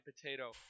potato